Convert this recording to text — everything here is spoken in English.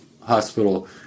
hospital